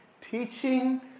Teaching